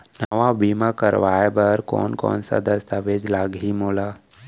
नवा बीमा करवाय बर कोन कोन स दस्तावेज लागही मोला?